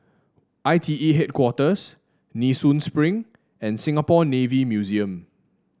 I T E Headquarters Nee Soon Spring and Singapore Navy Museum